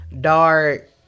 dark